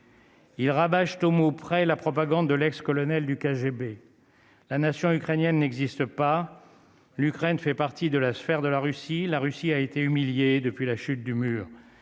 Il rabâche au auprès la propagande de l'ex-colonel du KGB la nation ukrainienne n'existe pas, l'Ukraine fait partie de la sphère de la Russie, la Russie a été humilié depuis la chute du mur,